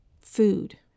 Food